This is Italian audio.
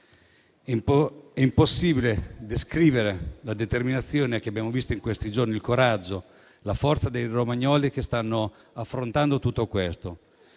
Impossibile descrivere la determinazione che abbiamo visto in questi giorni, il coraggio, la forza dei romagnoli che stanno affrontando tutto questo.